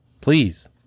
Please